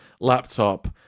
laptop